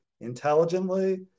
intelligently